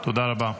תודה רבה.